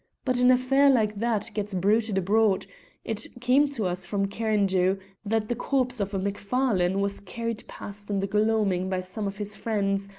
but an affair like that gets bruited abroad it came to us from cairndhu that the corpse of a macfarlane was carried past in the gloaming by some of his friends,